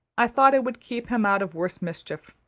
i thought it would keep him out of worse mischief.